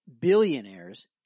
billionaires